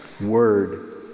Word